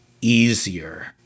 easier